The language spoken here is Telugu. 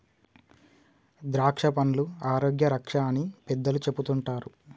ద్రాక్షపండ్లు ఆరోగ్య రక్ష అని పెద్దలు చెపుతుంటారు